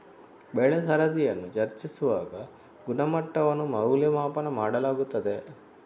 ಬೆಳೆ ಸರದಿಯನ್ನು ಚರ್ಚಿಸುವಾಗ ಗುಣಮಟ್ಟವನ್ನು ಮೌಲ್ಯಮಾಪನ ಮಾಡಲಾಗುತ್ತದೆ